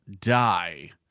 die